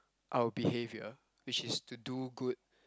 our behaviour which is to do good